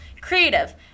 creative